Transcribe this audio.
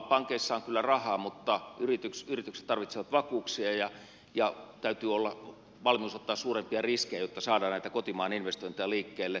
pankeissa on kyllä rahaa mutta yritykset tarvitsevat vakuuksia ja täytyy olla valmius ottaa suurempia riskejä jotta saadaan näitä kotimaan investointeja liikkeelle